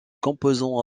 composants